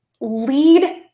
lead